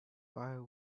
are